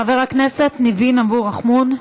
חברת הכנסת ניבין אבו רחמון.